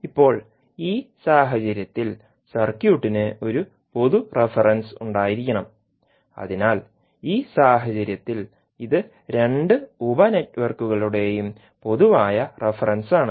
ഇപ്പോൾ ഈ സാഹചര്യത്തിൽ സർക്യൂട്ടിന് ഒരു പൊതു റഫറൻസ് ഉണ്ടായിരിക്കണം അതിനാൽ ഈ സാഹചര്യത്തിൽ ഇത് രണ്ട് ഉപ നെറ്റ്വർക്കുകളുടെയും പൊതുവായ റഫറൻസാണ്